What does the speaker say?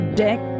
deck